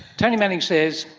tony manning says,